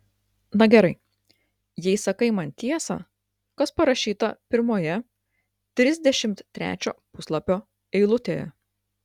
na gerai jei sakai man tiesą kas parašyta pirmoje trisdešimt trečio puslapio eilutėje